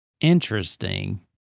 interesting